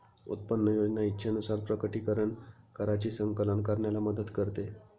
उत्पन्न योजना इच्छेनुसार प्रकटीकरण कराची संकलन करण्याला मदत करते